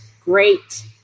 great